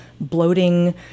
bloating